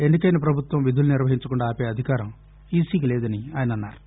ఎన్నికైన ప్రభుత్వం విధులు నిర్వహించకుండా ఆపే అధికారం ఈసికి లేదని ఆయన అన్నారు